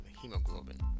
hemoglobin